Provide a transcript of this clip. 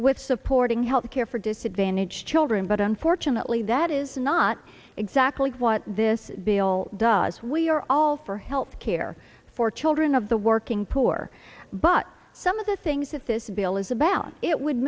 with supporting health care for disadvantaged children but unfortunately that is not exactly what this bill does we are all for health care for children of the working poor but some of the things that this bill is about it would